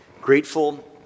grateful